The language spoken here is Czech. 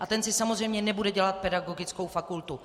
A ten si samozřejmě nebude dělat pedagogickou fakultu.